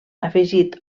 afegit